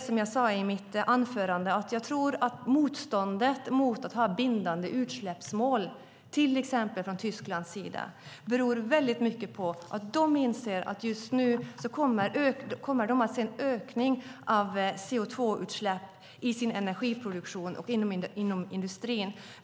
Som jag sade i mitt anförande tror jag att motståndet mot bindande utsläppsmål, till exempel från Tysklands sida, i väldigt stor utsträckning beror på att de inser att de nu kommer att få en ökning av CO2-utsläppen i sin energiproduktion och inom industrin.